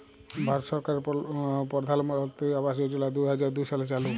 ভারত সরকারের পরধালমলত্রি আবাস যজলা দু হাজার দু সালে চালু